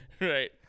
Right